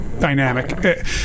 dynamic